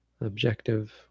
objective